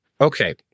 Okay